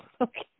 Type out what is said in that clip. Okay